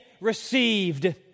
received